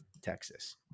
Texas